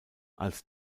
als